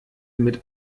mit